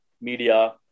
media